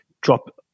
drop